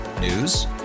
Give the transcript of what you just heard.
News